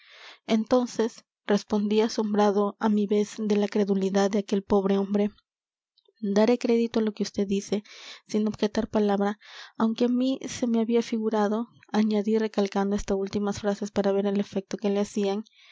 pie entonces respondí asombrado á mi vez de la credulidad de aquel pobre hombre daré crédito á lo que usted dice sin objetar palabra aunque á mí se me había figurado añadí recalcando estas últimas frases para ver el efecto que le hacían